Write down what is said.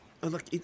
look